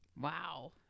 Wow